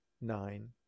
nine